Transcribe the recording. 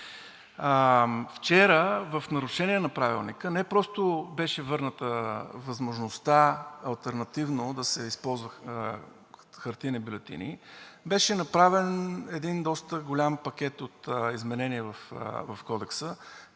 Вчера, в нарушение на Правилника, не просто беше върната възможността алтернативно да се използват хартиени бюлетини, а беше направен един доста голям пакет от изменения в Кодекса,